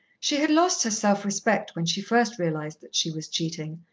she had lost her self-respect when she first realized that she was cheating,